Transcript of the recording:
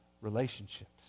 relationships